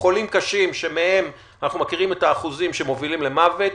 חולים קשים שמהם אנחנו מכירים את האחוזים שמובילים למוות,